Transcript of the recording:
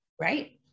right